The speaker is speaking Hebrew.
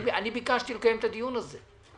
אני ביקשתי לקיים את הדיון הזה.